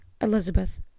Elizabeth